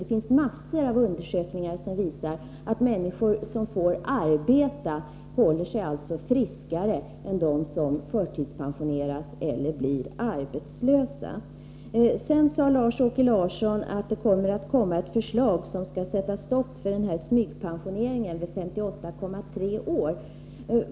Det finns massor av undersökningar som visar att människor som får arbeta håller sig friskare än de som förtidspensioneras eller blir arbetslösa. Lars-Åke Larsson sade att det skall komma ett förslag som sätter stopp för smygpensioneringen vid 58,3 års ålder.